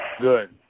Good